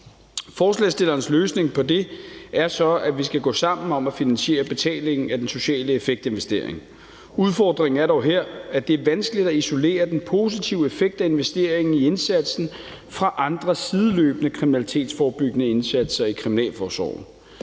Forslagsstillernes løsning på det er så, at vi skal gå sammen om at finansiere betalingen af social effekt-investeringen. Udfordringen er dog her, at det er vanskeligt at isolere den positive effekt af investeringen i indsatsen fra andre sideløbende kriminalitetsforebyggende indsatser i kriminalforsorgen.